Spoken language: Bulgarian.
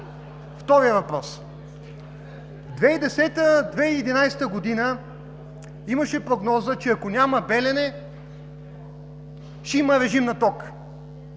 Вторият въпрос. През 2010 – 2011 г. имаше прогноза, че ако няма „Белене“, ще има режим на тока.